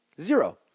Zero